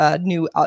new